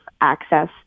access